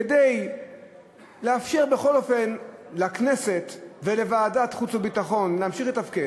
כדי לאפשר בכל אופן לכנסת ולוועדת חוץ וביטחון להמשיך לתפקד.